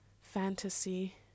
fantasy